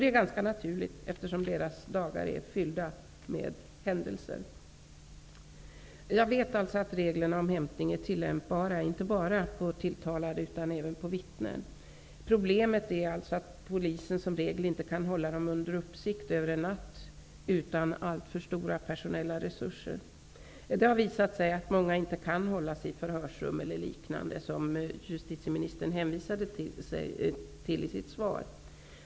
Det är ganska naturligt, eftersom polismännens dagar är fyllda med händelser. Jag vet att reglerna om hämtning är tillämpbara, inte bara på tilltalade utan även på vittnen. Problemet är alltså att polisen som regel inte kan hålla den hämtade under uppsikt över en natt utan allför stora personella insatser. Det har visat sig att många inte kan hållas i förhörsrum eller liknande, som justitieministern hänvisar till i sitt svar.